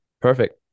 perfect